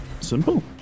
simple